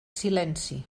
silenci